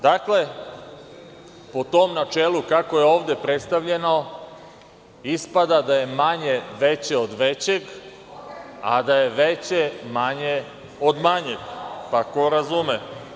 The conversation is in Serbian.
Dakle, po tom načelu kako je ovde predstavljeno, ispada da je manje veće od većeg, a da je veće manje od manjeg, pa ko razume.